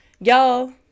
y'all